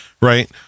Right